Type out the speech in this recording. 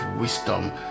wisdom